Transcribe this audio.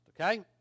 Okay